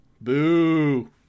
Boo